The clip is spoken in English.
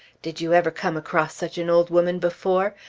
did you ever come across such an old woman before!